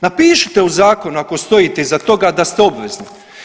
Napišite u zakonu ako stojite iza toga da ste obvezni.